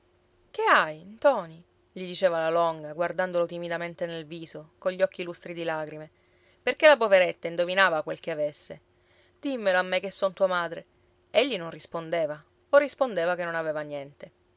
che hai ntoni gli diceva la longa guardandolo timidamente nel viso cogli occhi lustri di lagrime perché la poveretta indovinava quel che avesse dimmelo a me che son tua madre egli non rispondeva o rispondeva che non aveva niente